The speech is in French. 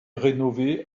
rénové